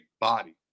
body